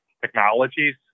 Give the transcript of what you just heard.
technologies